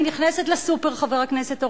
כשאני נכנסת לסופר, חבר הכנסת אורלב,